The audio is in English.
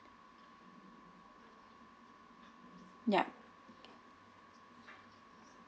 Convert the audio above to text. yup